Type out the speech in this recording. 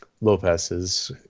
Lopez's